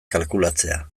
kalkulatzea